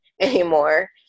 anymore